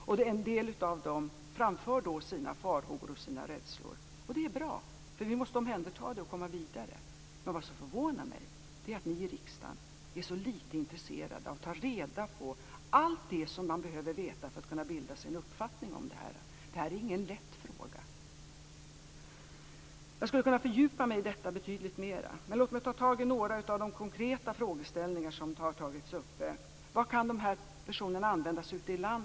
Och en del av dem framför sina farhågor och sin rädsla. Och det är bra, eftersom vi måste omhänderta detta och komma vidare. Men vad som förvånar mig är att ni i riksdagen är så lite intresserade av att ta reda på allt det som man behöver veta för att kunna bilda sig en uppfattning om detta. Detta är ingen lätt fråga. Jag skulle kunna fördjupa mig i detta betydligt mer. Men låt mig ta tag i några av de konkreta frågeställningar som har tagits upp. Var i landet kan dessa personer användas?